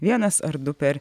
vienas ar du per